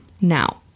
Now